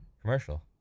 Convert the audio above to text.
commercial